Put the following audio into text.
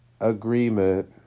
agreement